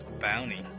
bounty